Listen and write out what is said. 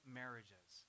marriages